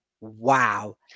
Wow